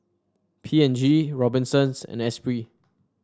P and G Robinsons and Esprit